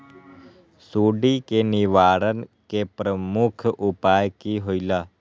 सुडी के निवारण के प्रमुख उपाय कि होइला?